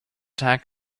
tag